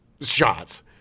shots